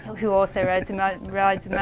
who also rides, you know rides